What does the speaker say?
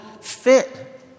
fit